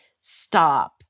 stop